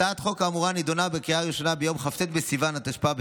הצעת החוק האמורה נדונה בקריאה ראשונה ביום כ"ט בסיוון התשפ"ב,